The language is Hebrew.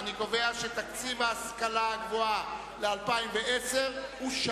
סעיף 21, השכלה גבוהה, לשנת 2010, נתקבל.